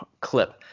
clip